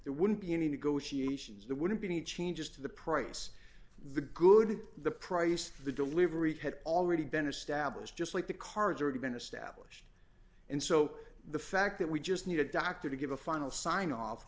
there wouldn't be any negotiations there wouldn't be any changes to the price the good the price of the delivery had already been established just like the cards already been established and so the fact that we just need a doctor to give a final sign off